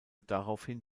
daraufhin